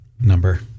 number